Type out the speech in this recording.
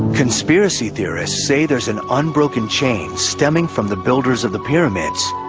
conspiracy theorists say there's an unbroken chain stemming from the builders of the pyramids